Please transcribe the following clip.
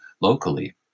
locally